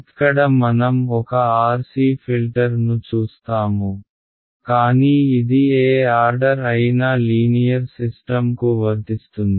ఇక్కడ మనం ఒక R C ఫిల్టర్ను చూస్తాము కానీ ఇది ఏ ఆర్డర్ అయినా లీనియర్ సిస్టమ్ కు వర్తిస్తుంది